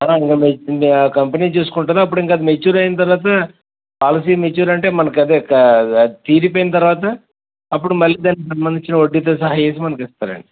అది కంపెనీ చూసుకుంటుంటాది అప్పుడు ఇంక అది మెచ్యూర్ అయిన తరువాత పాలసీ మెచ్యూర్ అంటే మనకదే తీరిపోయిన తరువాత అప్పుడు మళ్ళీ దానికి సంబంధించిన వడ్డీతో సహా వేసి మనకి ఇస్తారండి